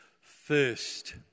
first